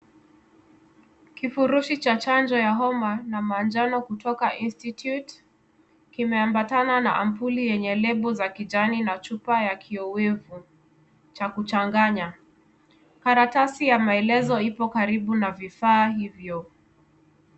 Kifurushi cha chanjo ya homa na manjano kutoka Institute kimeambatana na sampuli yenye lebo ya kijani na chupa ya kiowevu cha kuchanganya. Karatasi ya maelezo ipo karibu na vifaa hivyo.